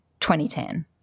2010